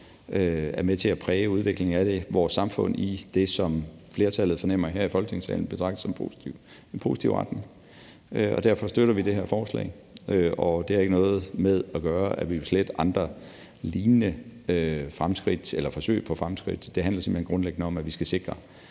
er med til at præge udviklingen af vores samfund i det, som flertallet, fornemmer jeg, her i Folketingssalen betragter som en positiv retning. Derfor støtter vi det her forslag. Det har ikke noget med at gøre, at vi vil slette andre lignende forsøg på fremskridt. Det handler simpelt hen grundlæggende om, at vi skal sikre,